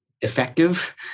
Effective